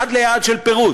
עד ליעד של פירוז.